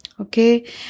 okay